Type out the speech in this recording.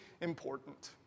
important